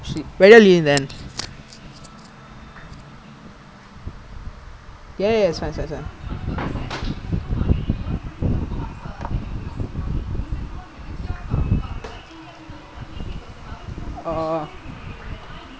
no because at first இரு இரு:iru iru sorry sorry I have to switch to earphones no because we thought like I think tarum go see the wrong menu அப்ப அந்த:appe antha american menu rather than got all the chicken burger then I realised is all beef lah then got one some mushshrooms burger